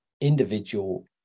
individual